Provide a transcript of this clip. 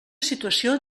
situació